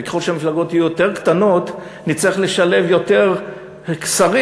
וככל שהמפלגות יהיו יותר קטנות נצטרך לשלב יותר שרים,